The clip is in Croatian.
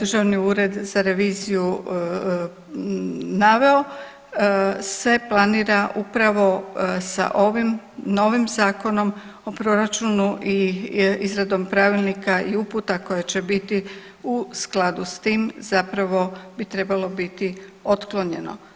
Državni ured za reviziju naveo se planira upravo sa ovim novim Zakonom o proračunu i izradom pravilnikom i uputa koje će biti u skladu s tim zapravo bi trebalo biti otklonjeno.